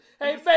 Hey